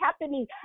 happening